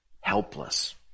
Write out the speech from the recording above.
Helpless